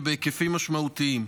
ובהיקפים משמעותיים.